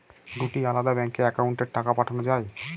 দুটি আলাদা ব্যাংকে অ্যাকাউন্টের টাকা পাঠানো য়ায়?